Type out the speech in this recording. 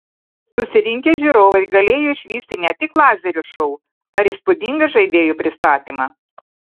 susirinkę žiūrovai galėjo išvysti ne tik lazerių šou ar įspūdingą žaidėjų pristatymą